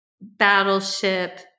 battleship